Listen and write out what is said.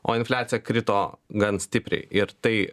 o infliacija krito gan stipriai ir tai